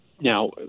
now